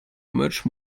much